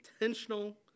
intentional